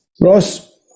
Ross